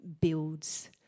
builds